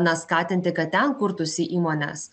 na skatinti kad ten kurtųsi įmonės